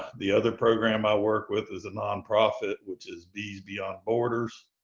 the other program. i work with is a nonprofit, which is bees beyond borders,